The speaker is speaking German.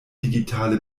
digitale